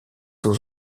aux